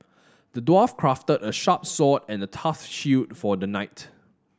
the dwarf crafted a sharp sword and a tough shield for the knight